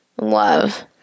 Love